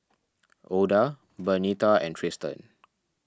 Oda Bernita and Trystan